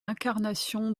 incarnation